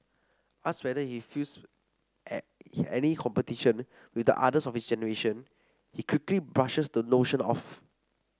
asked whether he feels any competition with the others of his generation he quickly brushes the notion off